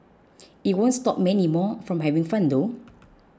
it won't stop many more from having fun though